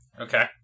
Okay